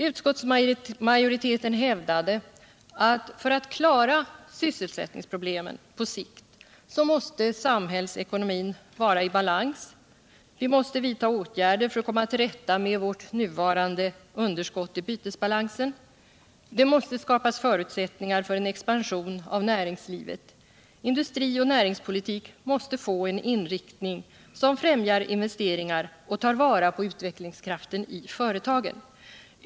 Utskottsmajoriteten hävdade att för att klara sysselsättningsproblemen på sikt måste samhällsekonomin vara i balans, åtgärder måste vidtas för att komma till rätta med vårt nuvarande underskott i bytesbalansen. Det måste skapas förutsättningar för en expansion av näringslivet, industrioch näringspolitik måste få en inriktning som främjar investeringar och tar vara på utvecklingskraften i företagen.